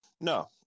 No